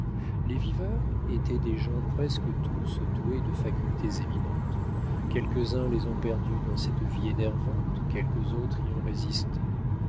les viveurs étaient des gens presque tous doués de facultés éminentes quelques-uns les ont perdues dans cette vie énervante quelques autres y ont résisté